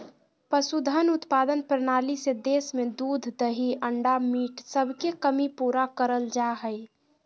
पशुधन उत्पादन प्रणाली से देश में दूध दही अंडा मीट सबके कमी पूरा करल जा हई